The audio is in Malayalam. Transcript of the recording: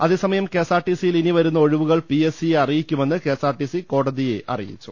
അതേ സമയം കെഎസ്ആർടിസിയിൽ ഇനി വരുന്ന ഒഴിവുകൾ പിഎ സ്സിയെ അറിയിക്കുമെന്ന് കെഎസ്ആർടിസി കോടതിയെ അറി യിച്ചു